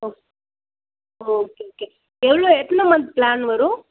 okay okay okay எவ்வளோ எத்தனை month plan வரும்